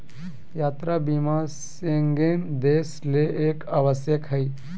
यात्रा बीमा शेंगेन देश ले एक आवश्यक हइ